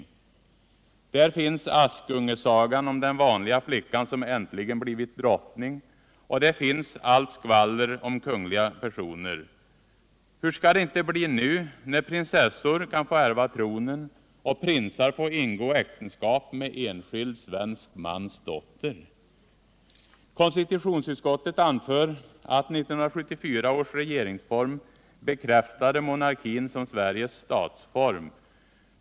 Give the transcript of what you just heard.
Där finns Askungesagan om ”den vanliga flickan som äntligen blivit drottning” och där finns allt skvaller om kungliga personer. Hur skall det inte bli nu, när prinsessor kan få ärva tronen och prinsar få ingå äktenskap med enskild svensk mans dotter? Konstitutionsutskottet anför att 1974 års regeringsform bekräftade monarkin som Sveriges statsform.